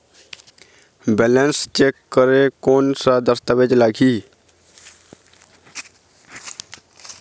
Balance check करें कोन सा दस्तावेज लगी?